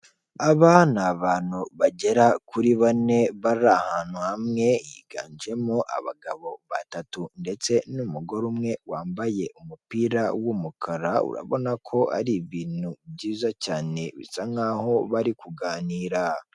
Aba ni abantu bagera kuri bane bari ahantu hamwe, higanjemo abagabo batatu ndetse n'umugore umwe wambaye umupira w'umukara urabona ko ari ibintu byiza cyane, bisa nkaho bari kuganira